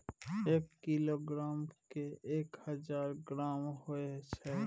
एक किलोग्राम में एक हजार ग्राम होय छै